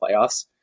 playoffs